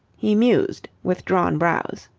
he mused with drawn brows.